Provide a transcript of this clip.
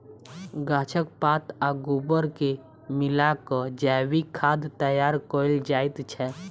गाछक पात आ गोबर के मिला क जैविक खाद तैयार कयल जाइत छै